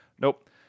nope